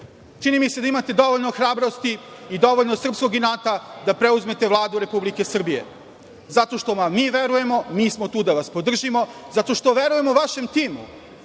čini mi se da imate dovoljno hrabrosti i dovoljno srpskog inata da preuzmete Vladu Republike Srbije, zato što vam mi verujemo, mi smo tu da vas podružimo, zato što verujemo vašem timu